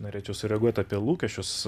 norėčiau sureaguoti apie lūkesčius